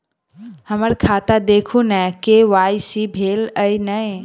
हम्मर खाता देखू नै के.वाई.सी भेल अई नै?